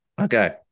okay